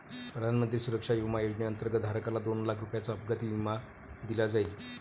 प्रधानमंत्री सुरक्षा विमा योजनेअंतर्गत, धारकाला दोन लाख रुपयांचा अपघाती जीवन विमा दिला जाईल